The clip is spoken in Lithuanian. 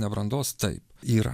nebrandos taip yra